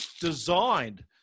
designed